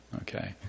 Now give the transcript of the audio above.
Okay